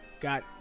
got